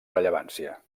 rellevància